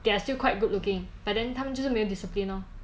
there are still quite good looking but then 他们就是没有 discipline lor